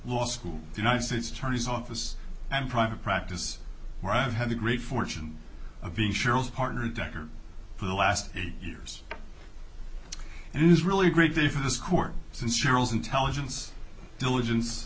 law school united states attorney's office private practice where i've had the great fortune of being cheryl's partner decker for the last eight years and it is really a great day for this court since cheryl's intelligence diligence